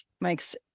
Mike's